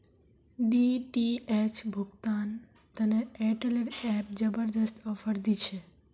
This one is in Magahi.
डी.टी.एच भुगतान तने एयरटेल एप जबरदस्त ऑफर दी छे